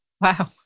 Wow